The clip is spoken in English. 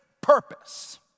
purpose